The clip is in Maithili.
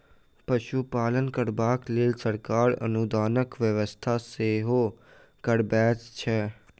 पशुपालन करबाक लेल सरकार अनुदानक व्यवस्था सेहो करबैत छै